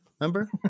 remember